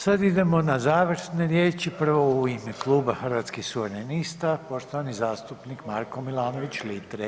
Sad idemo na završne riječi, prvo u ime Kluba Hrvatskih suverenista, poštovani zastupnik Marko Milanović Litre.